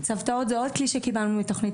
צוותאות זה עוד כלי שקיבלנו מתוכנית